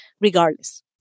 regardless